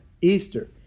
Easter